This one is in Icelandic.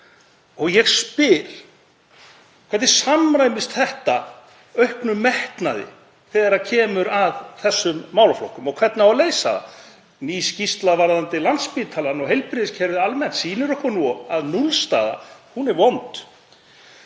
Ég spyr: Hvernig samræmist þetta auknum metnaði þegar kemur að þessum málaflokkum og hvernig á að leysa það? Ný skýrsla um Landspítalann og heilbrigðiskerfið almennt sýnir okkur að núllstaða er vond.